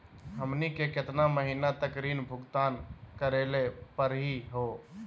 हमनी के केतना महीनों तक ऋण भुगतान करेला परही हो?